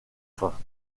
fins